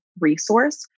resource